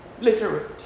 literate